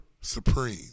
supreme